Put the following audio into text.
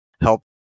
help